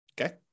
Okay